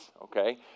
Okay